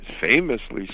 famously